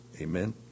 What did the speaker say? amen